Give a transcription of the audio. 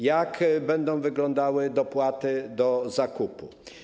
Jak będą wyglądały dopłaty do zakupu?